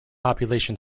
population